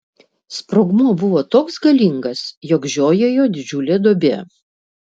sprogmuo buvo toks galingas jog žiojėjo didžiulė duobė